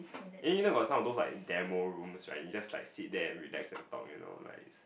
eh you know about some of those like demo rooms right you just like sit there and relax and talk you know